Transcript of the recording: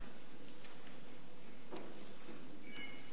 (חברי הכנסת מקדמים בקימה את פני נשיא